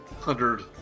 hundred